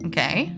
Okay